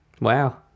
Wow